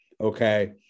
okay